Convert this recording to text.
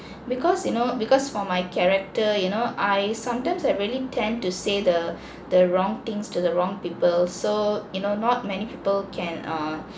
because you know because for my character you know I sometimes I really tend to say the the wrong things to the wrong people so you know not many people can err